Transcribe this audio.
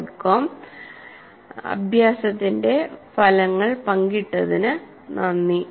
com അഭാസ്യത്തിന്റെ ഫലങ്ങൾ പങ്കിട്ടതിന് നന്ദി